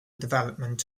development